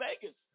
Vegas